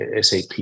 SAP